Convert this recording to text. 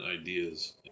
ideas